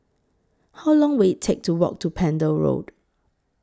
How Long Will IT Take to Walk to Pender Road